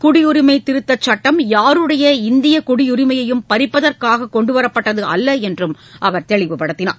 குடியுரிமை திருத்த சட்டம் யாருடைய இந்தியக் குடியுரிமையையும் பறிப்பதற்காக கொண்டு வரப்பட்டது அல்ல என்றும் அவர் தெளிவுபடுத்தினார்